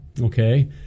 Okay